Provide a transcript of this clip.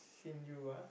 seen you ah